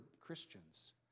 Christians